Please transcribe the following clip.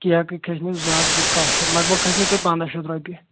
کیککٕۍ کھَسِنو زٕ ہَتھ گٔے کہہ شَتھ لگ بگ کھسِنو تۄہہ پنٛداہ شَتھ رۄپیہِ